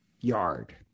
yard